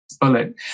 bullet